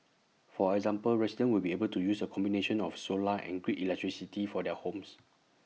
for example residents will be able to use A combination of solar and grid electricity for their homes